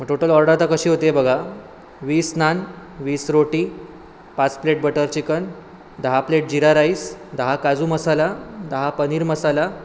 मग total order आता कशी होत आहे बघा वीस नान वीस रोटी पाच प्लेट बटर चिकन दहा प्लेट जिरा राईस दहा काजूमसाला दहा पनीर मसाला